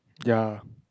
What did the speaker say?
ya